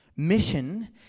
Mission